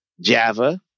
Java